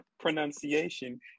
Pronunciation